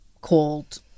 called